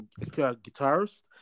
guitarist